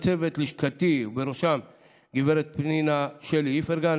לצוות לשכתי ובראשו גב' פנינה שלי איפרגן,